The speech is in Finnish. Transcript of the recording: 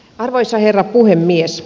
arvoisa herra puhemies